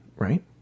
Right